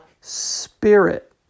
Spirit